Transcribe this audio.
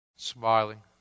Smiling